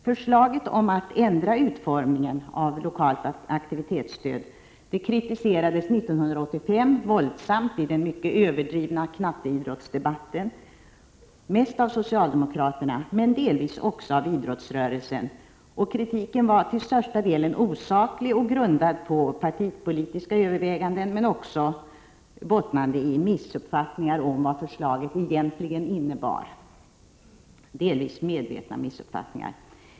Förslaget om att ändra utformningen av lokalt aktivitetsstöd kritiserades våldsamt i den mycket överdrivna knatteidrottsdebatten 1985 — mest av socialdemokraterna, men delvis också av idrottsrörelsen. Kritiken var till största delen osaklig och grundad på partipolitiska överväganden men bottnade också i missuppfattningar — delvis medvetna sådana —- om vad förslaget egentligen innebar.